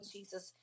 Jesus